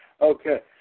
Okay